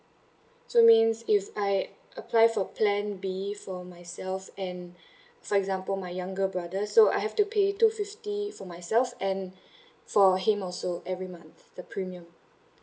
so means if I apply for plan B for myself and for example my younger brother so I have to pay two fifty for myself and for him also every month the premium